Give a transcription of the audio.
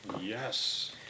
yes